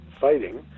fighting